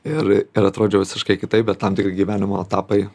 ir ir atrodžiau visiškai kitaip bet tam tikri gyvenimo etapai